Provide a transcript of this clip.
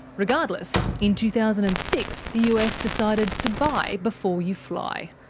regardless, in two thousand and six the us decided to buy before you fly.